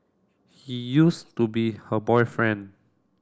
he used to be her boyfriend